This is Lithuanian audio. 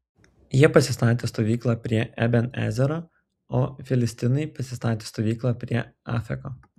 jie pasistatė stovyklą prie eben ezero o filistinai pasistatė stovyklą prie afeko